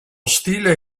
stile